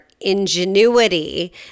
ingenuity